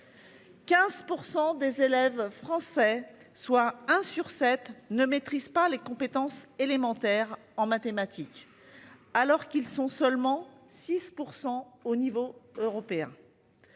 15% des élèves français soit un sur 7 ne maîtrisent pas les compétences élémentaires en mathématiques alors qu'ils sont seulement 6% au niveau européen.